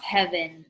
Heaven